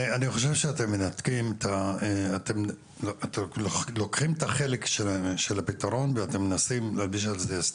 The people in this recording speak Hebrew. אני רוצה לתת את רשות הדיבור לנציג של משרד הבריאות,